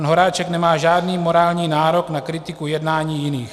Pan Horáček nemá žádný morální nárok na kritiku jednání jiných.